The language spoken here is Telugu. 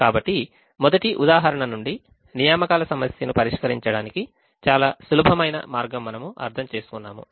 కాబట్టి మొదటి ఉదాహరణ నుండి నియామకాల సమస్యను పరిష్కరించడానికి చాలా సులభమైన మార్గం మనము అర్థం చేసుకున్నాము